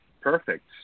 perfect